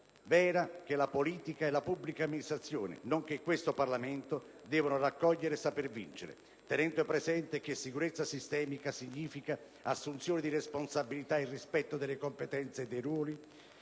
vera che la politica e la pubblica amministrazione, nonché questo Parlamento, devono raccogliere e saper vincere, tenendo presente che sicurezza sistemica significa assunzione di responsabilità e rispetto delle competenze e dei ruoli;